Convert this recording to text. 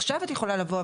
עכשיו את יכולה לבוא,